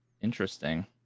Interesting